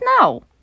No